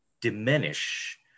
diminish